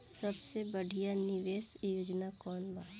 सबसे बढ़िया निवेश योजना कौन बा?